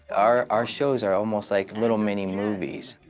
our our shows are almost like little mini movies.